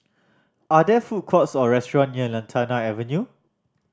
are there food courts or restaurant near Lantana Avenue